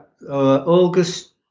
August